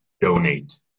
donate